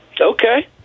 Okay